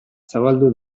zabaldu